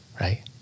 right